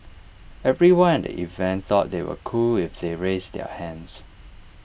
everyone at the event thought they were cool if they raised their hands